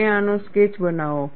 તમે આનો સ્કેચ બનાવો